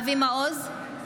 אבי מעוז,